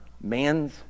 man's